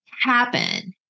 happen